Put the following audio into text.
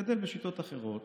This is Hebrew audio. נגדל בשיטות אחרות